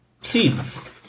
seeds